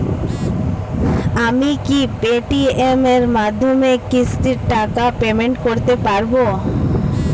আমি কি Paytm এর মাধ্যমে কিস্তির টাকা পেমেন্ট করতে পারব?